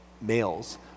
males